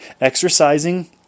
exercising